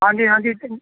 ਹਾਂਜੀ ਹਾਂਜੀ